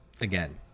again